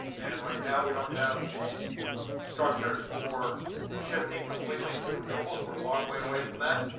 and right now we don't have the structures for shifting completely to renewables, we're a long way away from that.